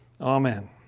Amen